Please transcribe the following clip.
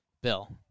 Bill